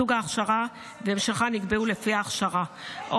סוג ההכשרה והמשכה נקבעו לפי ההכשרה או